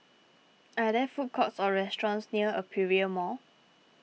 are there food courts or restaurants near Aperia Mall